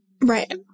Right